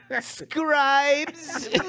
scribes